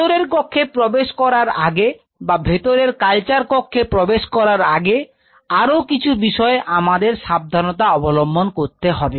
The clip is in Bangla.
ভেতরের কক্ষে প্রবেশ করার আগে বা ভেতরের কালচার কক্ষে প্রবেশ করার আগে আরো কিছু বিষয় আমাদের সাবধানতা অবলম্বন করতে হবে